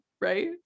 right